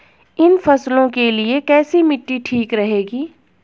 इन फसलों के लिए कैसी मिट्टी ठीक रहेगी?